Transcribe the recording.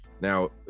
Now